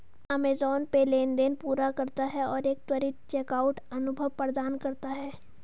Amazon Pay लेनदेन पूरा करता है और एक त्वरित चेकआउट अनुभव प्रदान करता है